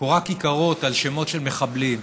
קוראת כיכרות על שמות של מחבלים,